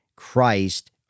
Christ